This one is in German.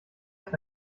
ist